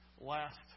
last